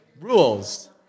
rules